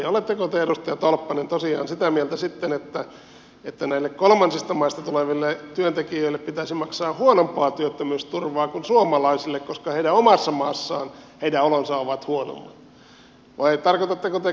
oletteko te edustaja tolppanen tosiaan sitä mieltä sitten että näille kolmansista maista tuleville työntekijöille pitäisi maksaa huonompaa työttömyysturvaa kuin suomalaisille koska heidän omassa maassaan heidän olonsa ovat huonommat